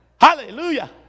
Hallelujah